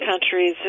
countries